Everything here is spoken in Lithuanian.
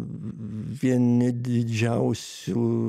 vieni didžiausių